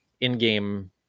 in-game